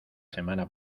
semana